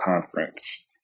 conference